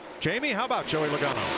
jamie? how about joy legato?